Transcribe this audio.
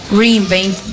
reinvent